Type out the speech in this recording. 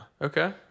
Okay